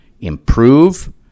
improve